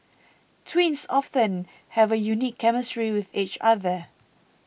twins often have a unique chemistry with each other